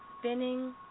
spinning